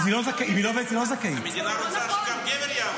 יש כאלה שיוצאות, יש כאלה שלא יוצאות.